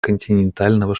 континентального